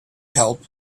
help